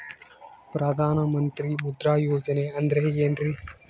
ಪ್ರಧಾನ ಮಂತ್ರಿ ಮುದ್ರಾ ಯೋಜನೆ ಅಂದ್ರೆ ಏನ್ರಿ?